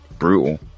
brutal